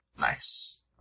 Nice